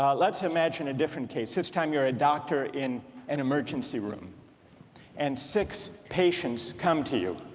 um let's imagine a different case. this time your ah doctor in an emergency room and six patients come to you